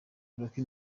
lucky